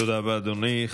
תודה רבה, אדוני.